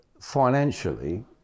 financially